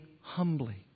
humbly